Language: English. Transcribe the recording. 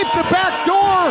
the back door.